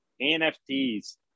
NFTs